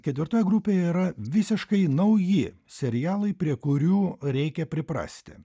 ketvirtoje grupėje yra visiškai nauji serialai prie kurių reikia priprasti